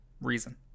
reason